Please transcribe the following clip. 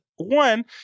One